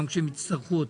גם כשהם יצטרכו אותנו.